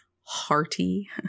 hearty